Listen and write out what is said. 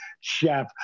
chef